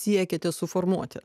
siekiate suformuoti